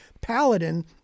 Paladin